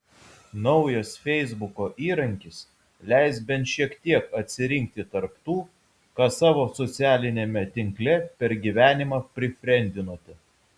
naujas feisbuko įrankis leis bent šiek tiek atsirinkti tarp tų ką savo socialiniame tinkle per gyvenimą prifriendinote